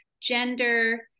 gender